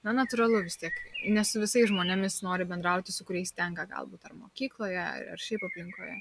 na natūralu vis tiek ne su visais žmonėmis nori bendrauti su kuriais tenka galbūt ar mokykloje ar šiaip aplinkoje